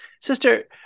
Sister